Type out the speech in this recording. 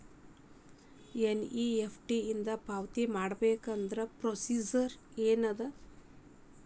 NEFT ಇಂದ ಪಾವತಿ ಮಾಡಬೇಕಂದ್ರ ಪ್ರೊಸೇಜರ್ ಏನದ